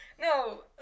no